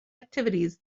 activities